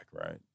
right